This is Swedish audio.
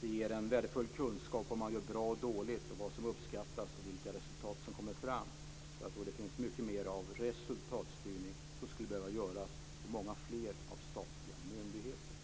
Det ger en värdefull kunskap om vad man gör bra och vad man gör dåligt, vad som uppskattas och vilka resultat som kommer fram. Jag tror att det finns mycket mer av resultatstyrning som skulle behöva göras inom fler statliga myndigheter.